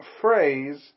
phrase